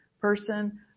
person